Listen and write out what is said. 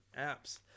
apps